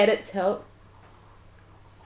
they say eating carrots help